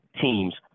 teams